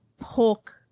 pork